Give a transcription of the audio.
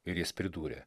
ir jis pridūrė